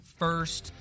first